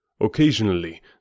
Occasionally